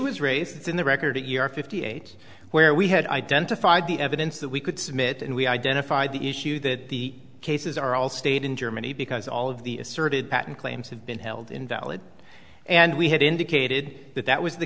was raised in the record a year fifty eight where we had identified the evidence that we could submit and we identified the issue that the cases are all stayed in germany because all of the asserted patent claims have been held invalid and we had indicated that that was the